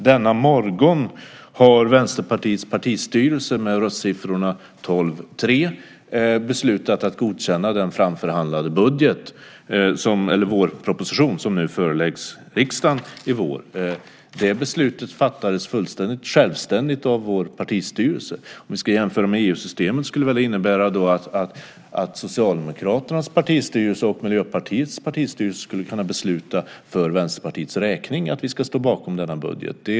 Denna morgon har Vänsterpartiets partistyrelse med röstsiffrorna tolv-tre beslutat att godkänna den framförhandlade vårproposition som nu föreläggs riksdagen i vår. Det beslutet fattades fullständigt självständigt av vår partistyrelse. Om vi ska jämföra med EU-systemet skulle väl det innebära att Socialdemokraternas partistyrelse och Miljöpartiets partistyrelse skulle kunna besluta för Vänsterpartiets räkning att vi ska stå bakom denna budget.